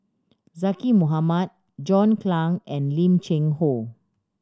Zaqy Mohamad John Clang and Lim Cheng Hoe